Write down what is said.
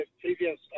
previous